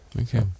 Okay